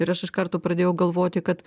ir aš iš karto pradėjau galvoti kad